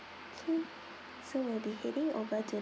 okay so we'll be heading over to